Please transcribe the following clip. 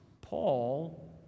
Paul